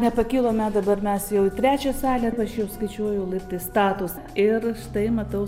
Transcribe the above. na pakilome dabar mes jau į trečią salę aš jau skaičiuoju laiptai statūs ir štai matau